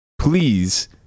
please